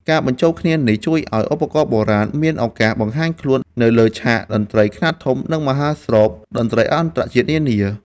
ការបញ្ចូលគ្នានេះជួយឱ្យឧបករណ៍បុរាណមានឱកាសបង្ហាញខ្លួននៅលើឆាកតន្ត្រីខ្នាតធំ និងមហោស្រពតន្ត្រីអន្តរជាតិនានា។